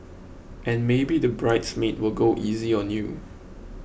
and maybe the bridesmaid will go easy on you